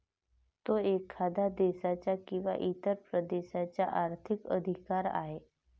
तो एखाद्या देशाचा किंवा इतर प्रदेशाचा आर्थिक अधिकार आहे